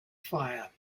fire